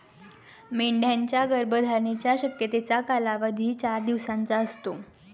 मेंढ्यांच्या गर्भधारणेच्या शक्यतेचा कालावधी चार दिवसांचा असतो